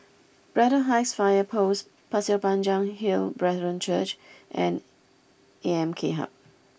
Braddell Heights Fire Post Pasir Panjang Hill Brethren Church and A M K Hub